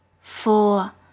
four